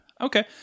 Okay